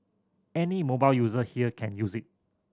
any mobile user here can use it